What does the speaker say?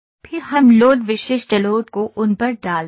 फिर हम लोड विशिष्ट लोड को उन पर डालते हैं